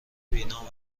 بینام